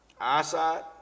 Eyesight